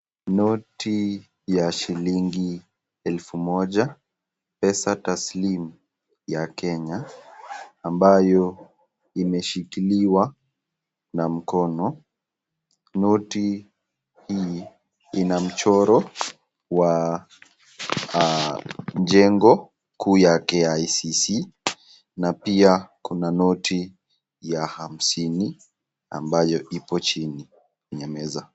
Noti ya shilingi elfu moja, pesa taslimu ya Kenya, ambayo imeshikiliwa na mkono. Noti hii inamchoro wa jengo kuu ya KICC na pia kuna noti ya hamsini ambayo iko chini ya meza.